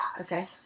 Okay